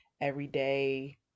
everyday